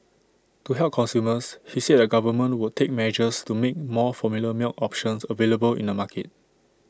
to help consumers he said the government would take measures to make more formula milk options available in the market